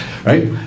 Right